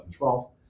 2012